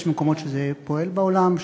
יש מקומות שזה פועל בעולם,